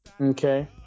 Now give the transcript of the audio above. Okay